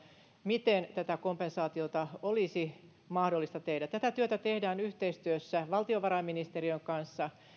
miten tätä kompensaatiota olisi mahdollista tehdä tätä työtä tehdään yhteistyössä valtiovarainministeriön kanssa